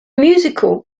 musical